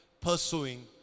pursuing